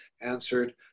answered